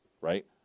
Right